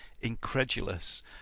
incredulous